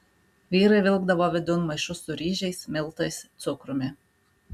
vyrai vilkdavo vidun maišus su ryžiais miltais cukrumi